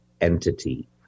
entity